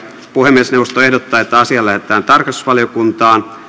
puhemiesneuvosto ehdottaa että asia lähetetään tarkastusvaliokuntaan